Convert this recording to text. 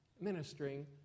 ministering